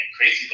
Crazy